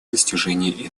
достижения